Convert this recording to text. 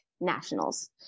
nationals